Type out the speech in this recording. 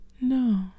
no